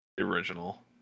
Original